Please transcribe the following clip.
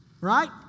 right